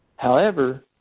however,